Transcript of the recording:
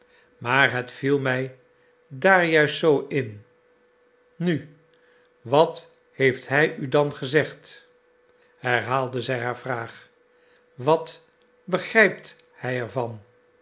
maar het viel mij daar juist zoo in nu wat heeft hij u dan gezegd herhaalde zij haar vraag wat begrijpt hij er